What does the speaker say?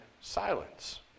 silence